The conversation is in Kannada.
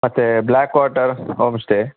ಮತ್ತೆ ಬ್ಲ್ಯಾಕ್ ವಾಟರ್ ಹೋಮ್ಸ್ಟೇ